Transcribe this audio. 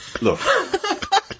Look